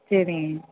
சேரிங்க